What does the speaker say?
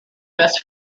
best